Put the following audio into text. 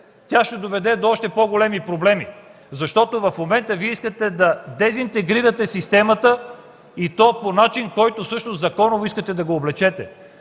ще доведе до още по-големи проблеми, защото в момента искате да дезинтегрирате системата, и то по начин, който искате да облечете